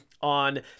on